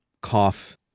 Cough